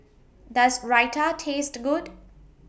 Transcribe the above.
Does Raita Taste Good